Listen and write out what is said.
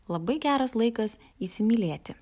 labai geras laikas įsimylėti